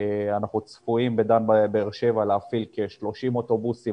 אנחנו צפויים בדן באר שבע להפעיל כ-30 אוטובוסים